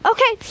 Okay